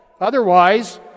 Otherwise